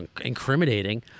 incriminating